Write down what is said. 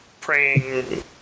praying